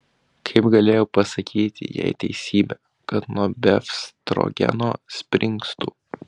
kaip galėjau pasakyti jai teisybę kad nuo befstrogeno springstu